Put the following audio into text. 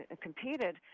competed